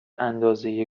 اندازه